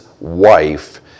wife